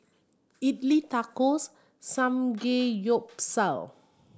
Idili Tacos Samgeyopsal